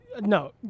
No